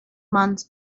months